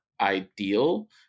ideal